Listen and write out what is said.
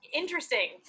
interesting